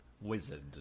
wizard